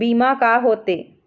बीमा का होते?